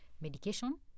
medication